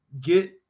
get